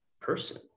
person